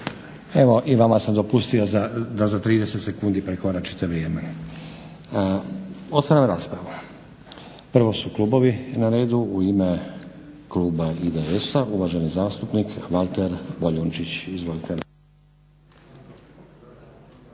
Evo i vama sam dopustio da za 30 sekundi prekoračite vrijeme. Otvaram raspravu. Prvo su klubovi na redu. U ime kluba IDS-a uvaženi zastupnik Valter Boljunčić,